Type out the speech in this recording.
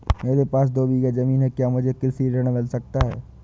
मेरे पास दो बीघा ज़मीन है क्या मुझे कृषि ऋण मिल सकता है?